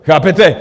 Chápete?